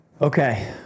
Okay